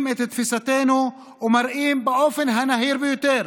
את תפיסתנו ומראים באופן הנהיר ביותר